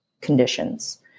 conditions